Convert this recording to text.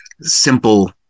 simple